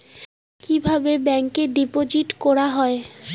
কিভাবে ব্যাংকে ডিপোজিট করা হয়?